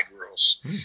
rules